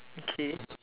okay